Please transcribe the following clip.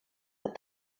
but